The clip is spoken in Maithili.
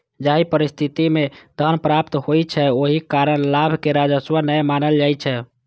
जाहि परिस्थिति मे धन प्राप्त होइ छै, ओहि कारण लाभ कें राजस्व नै मानल जाइ छै